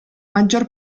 maggior